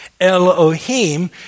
Elohim